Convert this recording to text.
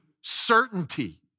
certainty